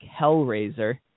Hellraiser